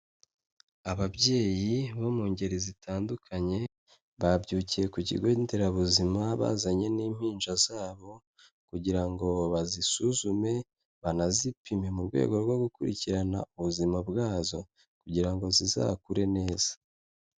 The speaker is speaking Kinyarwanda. Ababyeyi bo mu ngeri zitandukanye, babyukiye ku kigo nderabuzima bazanye n'impinja zabo kugira ngo bazisuzume banazipime mu rwego rwo gukurikirana ubuzima bwazo kugira ngo zizakure neza.